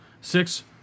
Six